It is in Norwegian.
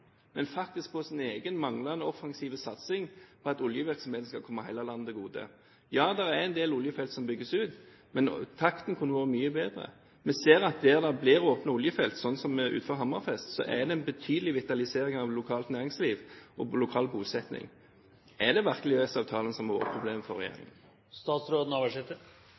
men faktisk på sin egen manglende offensive satsing på at oljevirksomheten skal komme hele landet til gode. Ja, det er en del oljefelt som bygges ut, men takten kunne vært mye høyere. Vi ser at der det blir åpnet oljefelt, sånn som utenfor Hammerfest, er det en betydelig vitalisering av lokalt næringsliv og lokal bosetting. Er det virkelig EØS-avtalen som har vært problemet for regjeringen?